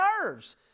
nerves